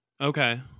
okay